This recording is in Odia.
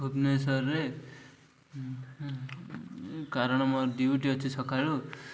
ଭୁବନେଶ୍ୱରରେ କାରଣ ମୋର ଡ୍ୟୁଟି ଅଛି ସକାଳୁ